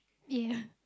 ya